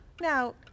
Now